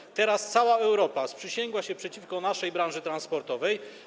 I teraz cała Europa sprzysięgła się przeciwko naszej branży transportowej.